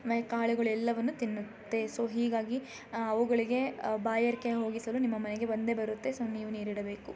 ಮೆ ಕಾಳುಗಳೆಲ್ಲವನ್ನು ತಿನ್ನುತ್ತೆ ಸೊ ಹೀಗಾಗಿ ಅವುಗಳಿಗೆ ಬಾಯಾರಿಗೆ ಹೋಗಿಸಲು ನಿಮ್ಮ ಮನೆಗೆ ಬಂದೇ ಬರುತ್ತೆ ಸೊ ನೀವು ನೀರಿಡಬೇಕು